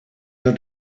your